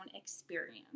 experience